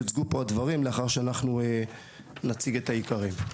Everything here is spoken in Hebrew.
יוצגו פה הדברים לאחר שאנחנו נציג את העיקרים.